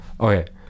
Okay